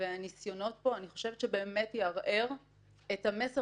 והניסיונות פה באמת יערערו את המסר